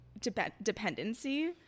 dependency